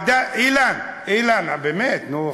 אילן, אילן, באמת, נו.